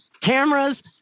cameras